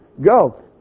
Go